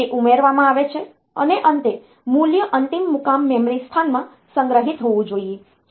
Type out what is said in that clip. તે ઉમેરવામાં આવે છે અને અંતે મૂલ્ય અંતિમ મુકામ મેમરી સ્થાનમાં સંગ્રહિત હોવું જોઈએ